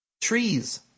Trees